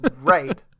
Right